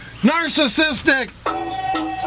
narcissistic